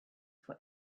for